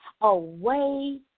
away